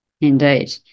Indeed